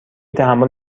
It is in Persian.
تحمل